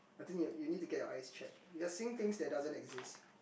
I think you you need to get your eyes checked you're seeing things that doesn't exist